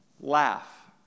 laugh